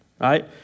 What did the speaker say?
right